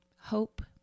hope